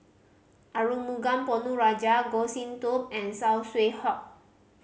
Arumugam Ponnu Rajah Goh Sin Tub and Saw Swee Hock